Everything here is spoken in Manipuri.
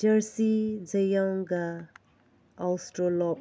ꯖꯔꯁꯤ ꯖꯌꯣꯡꯒ ꯑꯥꯎꯁꯇ꯭ꯔꯂꯣꯞ